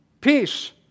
Peace